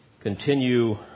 continue